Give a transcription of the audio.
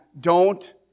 Don't